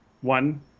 one